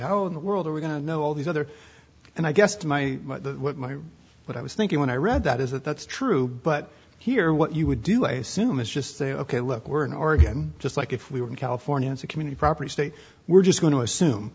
how in the world are we going to know all these other and i guess to my my what i was thinking when i read that is that that's true but here what you would do i assume is just say ok look we're in oregon just like if we were in california as a community property state we're just going to assume